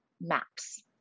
maps